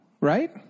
right